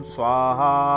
Swaha